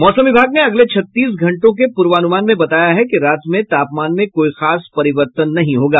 मौसम विभाग ने अगले छत्तीस घंटों के पूर्वानुमान में बताया है कि रात में तापमान में कोई खास परिवर्तन नहीं होगा